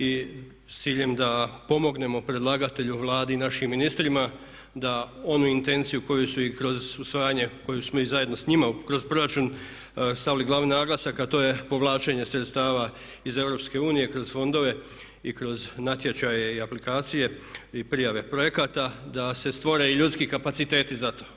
I s ciljem da pomognemo predlagatelju Vladi i našim ministrima da onu intenciju koju su i kroz usvajanje koju smo i zajedno s njima kroz proračun stavili glavni naglasak a to je povlačenje sredstava iz EU kroz fondove i kroz natječaje i aplikacije i prijave projekata da se stvore i ljudski kapaciteti za to.